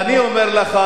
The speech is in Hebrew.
ואני אומר לך,